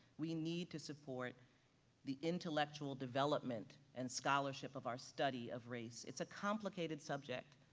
we need to support the intellectual development and scholarship of our study of race. it's a complicated subject.